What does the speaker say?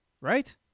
Right